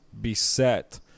beset